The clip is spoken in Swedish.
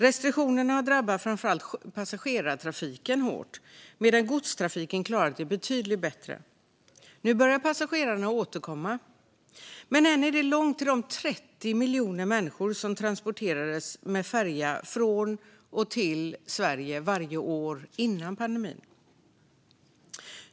Restriktionerna har drabbat framför allt passagerartrafiken hårt, medan godstrafiken har klarat det betydligt bättre. Nu börjar passagerarna att återkomma, men än är det långt till de 30 miljoner människor som varje år transporterades med färja från och till Sverige före pandemin.